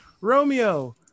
Romeo